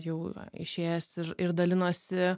jau išėjęs ir ir dalinosi